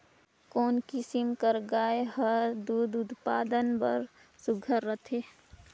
कोन किसम कर गाय हर दूध उत्पादन बर सुघ्घर रथे?